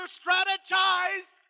strategize